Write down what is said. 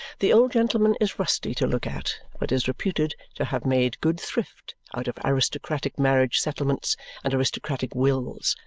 the old gentleman is rusty to look at, but is reputed to have made good thrift out of aristocratic marriage settlements and aristocratic wills,